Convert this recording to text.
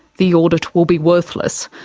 the audit will be worthless.